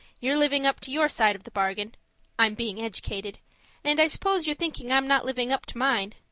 you're living up to your side of the bargain i'm being educated and i suppose you're thinking i'm not living up to mine!